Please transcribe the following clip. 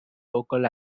local